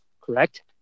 correct